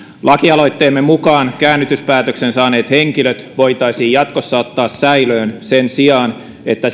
lakialoitteemme mukaan käännytyspäätöksen saaneet henkilöt voitaisiin jatkossa ottaa säilöön sen sijaan että